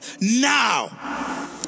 Now